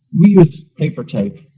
we use paper tape,